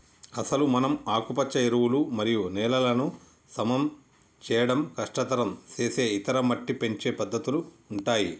అసలు మనం ఆకుపచ్చ ఎరువులు మరియు నేలలను సమం చేయడం కష్టతరం సేసే ఇతర మట్టి పెంచే పద్దతుల ఉంటాయి